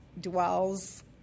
dwells